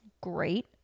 great